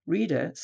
Reader